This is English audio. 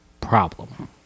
problem